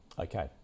Okay